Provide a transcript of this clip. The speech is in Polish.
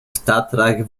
tatrach